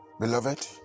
Beloved